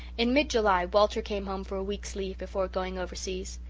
in mid-july walter came home for a week's leave before going overseas.